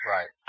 Right